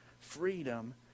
freedom